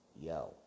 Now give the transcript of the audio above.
yo